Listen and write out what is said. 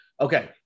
Okay